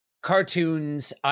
Cartoons